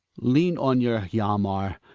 lean on your hjalmar.